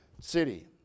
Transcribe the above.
city